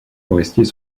forestiers